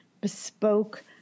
bespoke